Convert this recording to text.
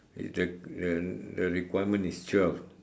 is the the the requirement is twelve